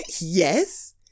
yes